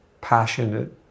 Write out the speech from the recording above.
passionate